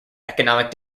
economic